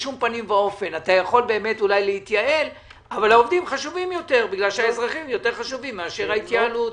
שאתה יכול להתייעל אבל העובדים חשובים יותר כי האזרחים חשובים מההתייעלות.